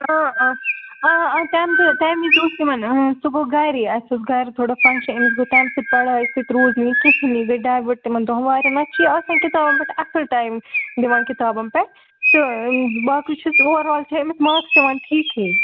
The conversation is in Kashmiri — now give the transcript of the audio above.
اۭں اۭں آ آ تَمۍ دۄہ تَمۍ وِزِ اوس تِمَن سُہ گوٚو گَری اَسہِ اوس گَرِ تھوڑا فَنٛگشَن أمِس گوٚو تَمۍ سۭتۍ پڑھاے سۭتۍ روٗز نہٕ یہِ کِہیٖنۍ یہِ گٔے ڈایوٲٹ تَمِن دۄہَن واریاہ نَتہٕ چھِ یہِ آسان کِتابَن پٮ۪ٹھ اَصٕل ٹایِم دِوان کِتابَن پٮ۪ٹھ تہٕ باقٕے چھُس اوٚوَرآل چھےٚ أمِس ماکٕس یِوان ٹھیٖکھٕے